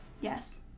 Yes